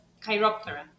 Chiroptera